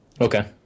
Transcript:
Okay